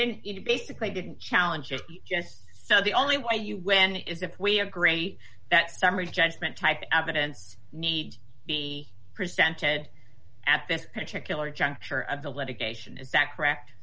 didn't you basically didn't challenge it just so the only way you win is if we agree that starry judgment type evidence needs to be presented at this particular juncture of the litigation is that correct